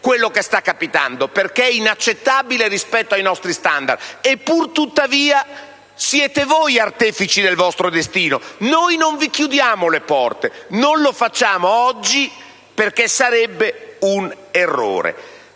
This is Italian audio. quello che sta capitando è inaccettabile rispetto ai nostri *standard*, e puruttavia loro restano artefici del loro destino: noi non chiudiamo loro le porte, non lo facciamo oggi perché sarebbe un errore.